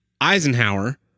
Eisenhower